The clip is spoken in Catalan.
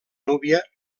núbia